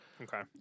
Okay